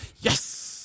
Yes